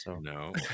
No